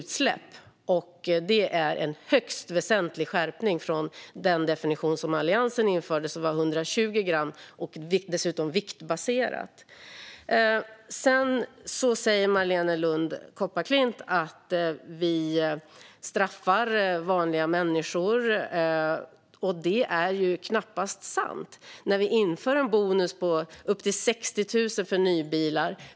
Det är en högst väsentlig skärpning från den definition som Alliansen införde på 120 gram, som dessutom var viktbaserad. Marléne Lund Kopparklint säger att vi straffar vanliga människor. Det är knappast sant, eftersom vi inför en bonus på upp till 60 000 kronor för nybilar.